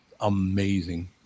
amazing